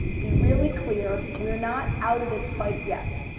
be really clear. we are not out of this fight yet.